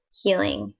healing